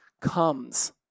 comes